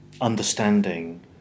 understanding